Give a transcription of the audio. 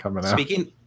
Speaking